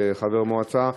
חבר מועצה,